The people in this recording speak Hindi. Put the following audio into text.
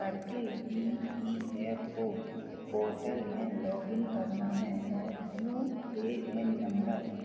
करके E P F O portal में लॉगिन करना है और यू ए एन नम्बर